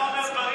אתה אומר דברים,